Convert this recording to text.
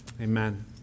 Amen